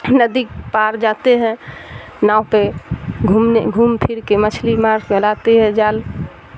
ندی پار جاتے ہیں ناؤ پہ گھومنے گھوم پھر کے مچھلی مار ہے جال